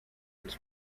its